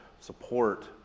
support